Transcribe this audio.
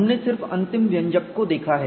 हमने सिर्फ अंतिम व्यंजक को देखा है